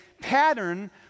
pattern